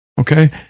Okay